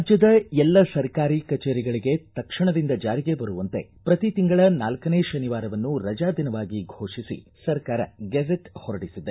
ರಾಜ್ಞದ ಎಲ್ಲಾ ಸರ್ಕಾರಿ ಕಚೇರಿಗಳಿಗೆ ತಕ್ಷಣದಿಂದ ಜಾರಿಗೆ ಬರುವಂತೆ ಪ್ರತಿ ತಿಂಗಳ ನಾಲ್ಕನೇ ಶನಿವಾರವನ್ನು ರಜಾ ದಿನವಾಗಿ ಘೋಷಿಸಿ ಸರ್ಕಾರ ಗೆಜೆಟ್ ಹೊರಡಿಸಿದೆ